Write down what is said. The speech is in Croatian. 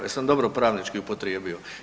Jesam dobro pravnički upotrijebio?